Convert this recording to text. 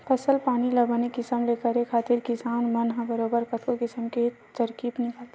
फसल पानी ल बने किसम ले करे खातिर किसान मन ह बरोबर कतको किसम के तरकीब निकालथे